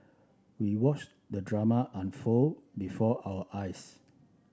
we watched the drama unfold before our eyes